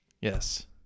Yes